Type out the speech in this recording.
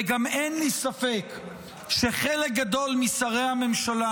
וגם אין לי ספק שחלק גדול משרי הממשלה,